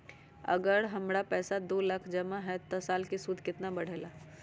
अगर हमर पैसा दो लाख जमा है त साल के सूद केतना बढेला?